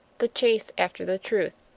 the chase after the truth